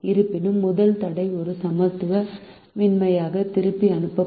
இருப்பினும் முதல் தடை ஒரு சமத்துவமின்மையாக திருப்பி அனுப்பப்படுவதால்